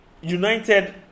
United